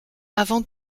avant